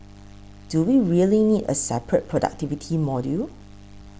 do we really need a separate productivity module